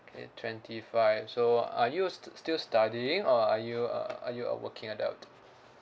K twenty five so are you a st~ still studying or are you uh are you a working adult